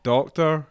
Doctor